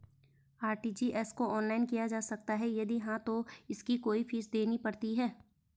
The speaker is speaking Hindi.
आर.टी.जी.एस को ऑनलाइन किया जा सकता है यदि हाँ तो इसकी कोई फीस देनी पड़ती है?